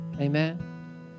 Amen